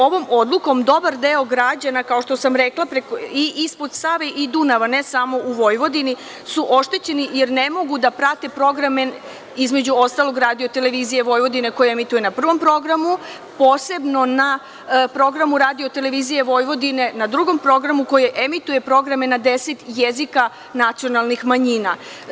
Ovom odlukom dobar deo građana, kao što sam rekla, ispod Save i Dunava, ne samo u Vojvodini, su oštećeni jer ne mogu da prate programe, između ostalog, Radio-televizije Vojvodine koja emituje na Prvom programu, posebno na programu Radio-televizije Vojvodine na Drugom programu, koja emituje programe na deset jezika nacionalnih manjina.